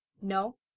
No